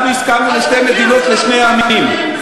אנחנו הסכמנו לשתי מדינות לשני עמים.